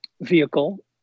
vehicle